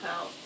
out